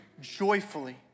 joyfully